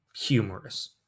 humorous